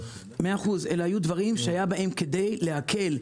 אלו דברים שהיה בהם כדי להקל,